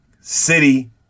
City